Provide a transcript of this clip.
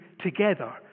together